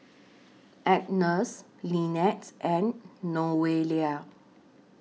Agnes Linettes and Noelia